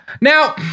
Now